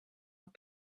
have